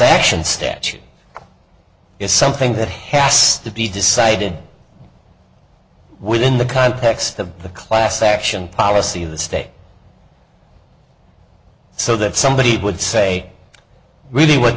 action statute is something that has to be decided within the context of the class action policy of the stay so that somebody would say really what